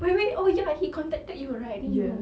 wait wait oh ya he contacted you right then you